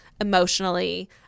emotionally